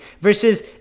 Versus